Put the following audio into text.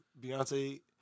Beyonce